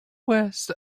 west